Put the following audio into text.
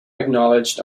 acknowledged